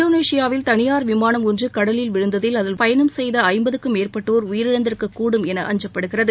இந்தோனேஷியாவில் தனியார் விமானம் ஒன்று கடலில் விழுந்ததில் அதில் பயணம் செய்த ஐம்பதுக்கும் மேற்பட்டோர் உயிரிழந்திருக்கக்கூடும் என அஞ்சப்படுகிறது